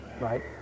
right